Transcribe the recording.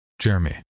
Jeremy